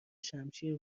شمشیر